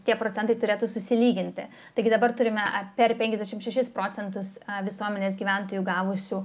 tie procentai turėtų susilyginti taigi dabar turime apie per penkiasdešimt šešis procentus visuomenės gyventojų gavusių